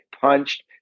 punched